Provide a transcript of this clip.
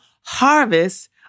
harvest